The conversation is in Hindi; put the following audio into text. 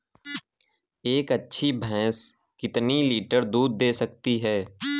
एक अच्छी भैंस कितनी लीटर दूध दे सकती है?